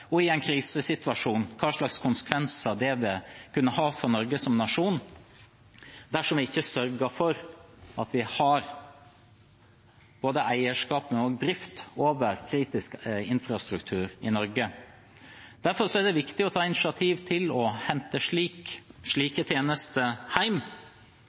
kunne ha for Norge som nasjon dersom vi ikke sørger for at vi har både eierskap over og drift av kritisk infrastruktur i Norge? Derfor er det viktig å ta initiativ til å hente